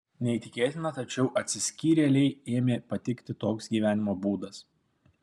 neįtikėtina tačiau atsiskyrėlei ėmė patikti toks gyvenimo būdas